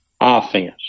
offense